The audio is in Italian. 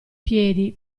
piedi